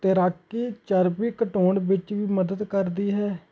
ਤੈਰਾਕੀ ਚਰਬੀ ਘਟਾਉਣ ਵਿੱਚ ਵੀ ਮਦਦ ਕਰਦੀ ਹੈ